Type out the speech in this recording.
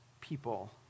people